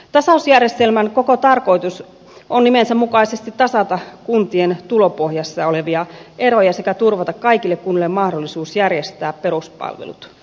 tasausjärjestelmän koko tarkoitus on nimensä mukaisesti tasata kuntien tulopohjassa olevia eroja sekä turvata kaikille kunnille mahdollisuus järjestää peruspalvelut